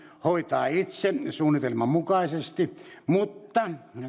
hoitaa itse suunnitelman mukaisesti mutta